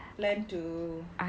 plan to